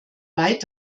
weit